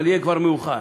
אבל יהיה כבר מאוחר.